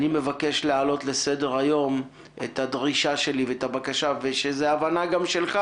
אני מבקש להעלות לסדר היום את הדרישה והבקשה שלי שזה הבנה גם שלך